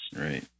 Right